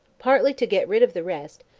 partly to get rid of the rest,